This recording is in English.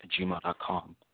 gmail.com